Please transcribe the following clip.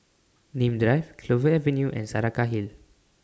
Nim Drive Clover Avenue and Saraca Hill